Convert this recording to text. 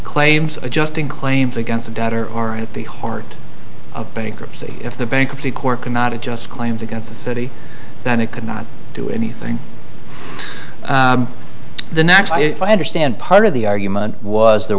claims adjusting claims against a doctor are at the heart of bankruptcy if the bankruptcy court cannot adjust claims against the city that it could not do anything the next if i understand part of the argument was there